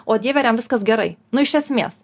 o dieve ar jam viskas gerai nu iš esmės